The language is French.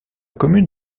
commune